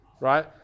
right